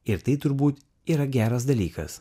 ir tai turbūt yra geras dalykas